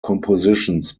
compositions